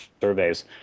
surveys